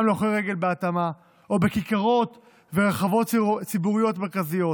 להולכי רגל בהתאמה או בכיכרות ורחבות ציבוריות מרכזיות,